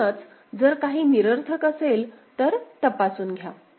म्हणूनच जर काही निरर्थक असेल तर तपासून घ्या